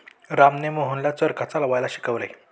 रामने मोहनला चरखा चालवायला शिकवले